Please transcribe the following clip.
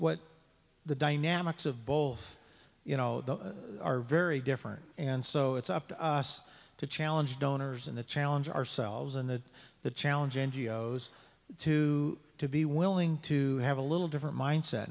what the dynamics of both you know are very different and so it's up to us to challenge donors and the challenge ourselves and that the challenge n g o s to to be willing to have a little different mindset